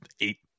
eight